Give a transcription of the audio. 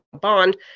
bond